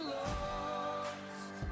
lost